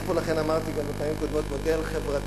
לכן אמרתי גם בפעמים קודמות: צריך פה מודל חברתי,